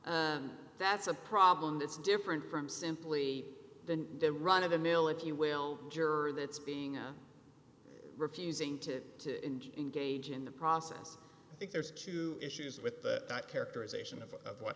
that's a problem that's different from simply than the run of the mill if you will juror that's being a refusing to engage in the process i think there's two issues with that characterization of what